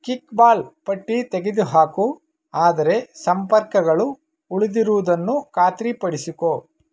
kickball ಪಟ್ಟಿ ತೆಗೆದುಹಾಕು ಆದರೆ ಸಂಪರ್ಕಗಳು ಉಳಿದಿರುವುದನ್ನು ಖಾತ್ರಿಪಡಿಸಿಕೋ